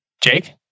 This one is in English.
Jake